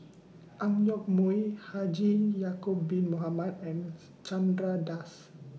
Ang Yoke Mooi Haji Ya'Acob Bin Mohamed and Chandra Das